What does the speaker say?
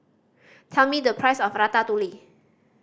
tell me the price of Ratatouille